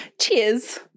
cheers